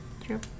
True